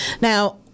Now